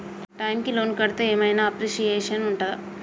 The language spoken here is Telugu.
టైమ్ కి లోన్ కడ్తే ఏం ఐనా అప్రిషియేషన్ ఉంటదా?